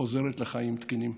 חוזרת לחיים תקינים.